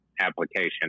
application